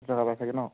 ষাঠি টকা পাইছেগৈ ন